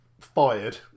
fired